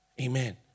Amen